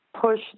push